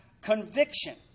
conviction